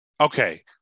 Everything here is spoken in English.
Okay